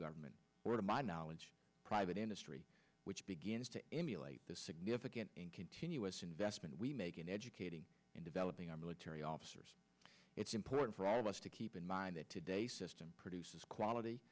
government or to my knowledge private industry which begins to emulate the significant and continuous investment we make in educating and developing our military officers it's important for all of us to keep in mind that today system produces quality